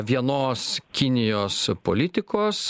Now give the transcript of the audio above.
vienos kinijos politikos